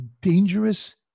dangerous